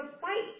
fight